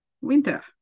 winter